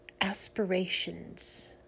aspirations